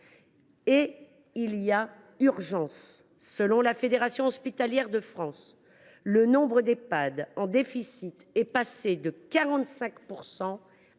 a pourtant urgence : selon la Fédération hospitalière de France, le nombre d’Ehpad en déficit est passé de 45 % à 85